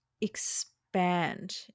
expand